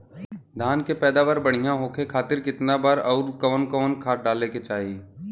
धान के पैदावार बढ़िया होखे खाती कितना बार अउर कवन कवन खाद डाले के चाही?